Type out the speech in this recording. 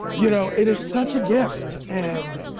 you know, it is such a gift and,